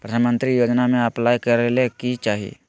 प्रधानमंत्री योजना में अप्लाई करें ले की चाही?